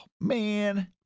Man